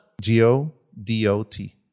G-O-D-O-T